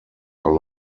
are